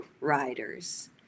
riders